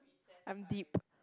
I am deep